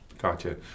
Gotcha